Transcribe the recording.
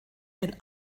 ein